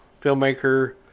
filmmaker